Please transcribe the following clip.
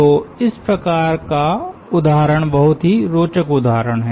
तो इस प्रकार का उदाहरण बहुत ही रोचक उदाहरण है